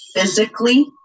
physically